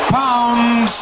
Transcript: pounds